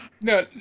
no